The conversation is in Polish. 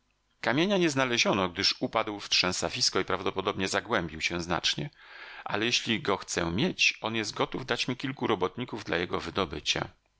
kamienia nie znaleziono gdyż upadł w trzęsawisko i prawdopodobnie zagłębił się znacznie ale jeśli go chcę mieć on jest gotów dać mi kilku robotników dla jego wydobycia